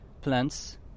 plants